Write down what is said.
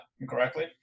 incorrectly